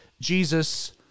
Jesus